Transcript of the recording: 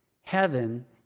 Heaven